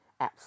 apps